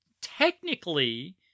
technically